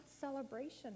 celebration